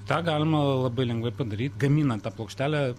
tą galima labai lengvai padaryt gaminant tą plokštelę